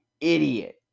idiot